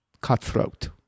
cutthroat